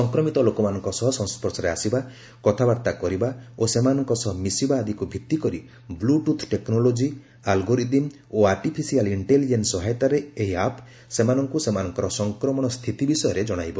ସଂକ୍ରମିତ ଲୋକମାନଙ୍କ ସହ ସଂସର୍ଶରେ ଆସିବା କଥାବାର୍ତ୍ତା କରିବା ଓ ସେମାନଙ୍କ ସହ ମିଶିବା ଆଦିକୁ ଭିଭିକରି ବ୍ଲଟୁଥ୍ ଟେକ୍ନୋଲୋଟି ଆଲ୍ଗୋରିଦିମ୍ ଓ ଆର୍ଟିଫିସିଆଲ୍ ଇକ୍ଷେଲିଜେନ୍ସ ସହାୟତାରେ ଏହି ଆପ୍ ସେମାନଙ୍କ ସେମାନଙ୍କର ସଂକ୍ରମଣ ସ୍ଥିତି ବିଷୟରେ ଜଣାଇବ